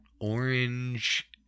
orange